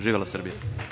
Živela Srbija.